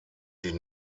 die